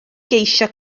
geisio